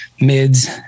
mids